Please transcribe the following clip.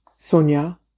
Sonia